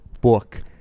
book